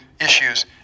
issues